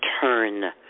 turn